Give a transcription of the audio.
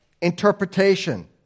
interpretation